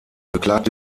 beklagte